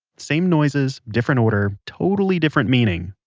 same noises, different order, totally different meaning.